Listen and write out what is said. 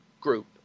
group